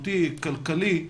כלכלי ובריאותי,